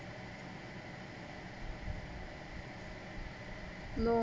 no